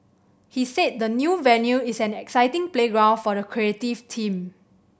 he said the new venue is an exciting playground for the creative team